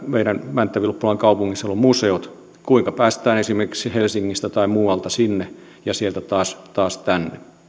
mänttä vilppulan kaupungissa on ovat museot kuinka päästään esimerkiksi helsingistä tai muualta sinne ja sieltä taas taas tänne